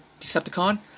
Decepticon